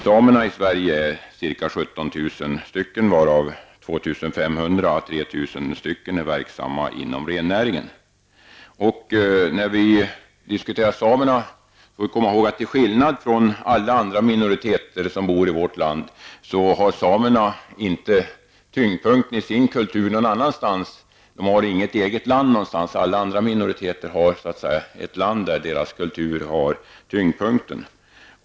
Det finns i Sverige ca 17 000 samer, varav När vi diskuterar samerna får vi komma ihåg att de, till skillnad från alla andra minoriteter i vårt land, inte har tyngdpunkten i sin kultur någon annanstans. De har inget eget land någonstans, medan alla andra minoriteter har ett land där deras kultur har tyngdpunkten.